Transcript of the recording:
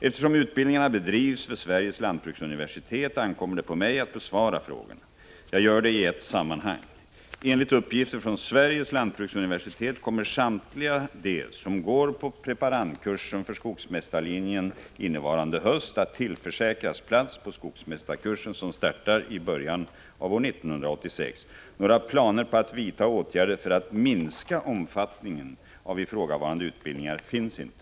Eftersom utbildningarna bedrivs vid Sveriges lantbruksuniversitet ankommer det på mig att besvara frågorna. Jag gör det i ett sammanhang. Enligt uppgifter från Sveriges lantbruksuniversitet kommer samtliga de som går på preparandkursen för skogsmästarlinjen innevarande höst att tillförsäkras plats på skogsmästarkursen som startar i början av år 1986. Några planer på att vidta åtgärder för att minska omfattningen av ifrågavarande utbildningar finns inte.